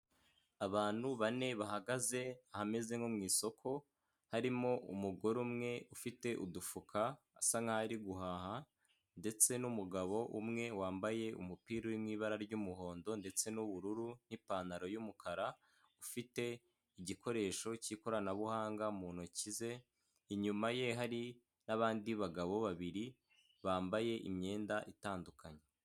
Abantu bane bahagaze ahameze nko mu isoko harimo umugore umwe ufite udufuka asa nkaho ari guhaha ndetse n'umugabo umwe wambaye umupira n'ibara ry'umuhondo ndetse n'ubururu n'ipantaro y'umukara ufite igikoresho cy'ikoranabuhanga mu ntoki ze, inyuma ye hari n'abandi bagabo babiri bambaye imyenda itandukanye.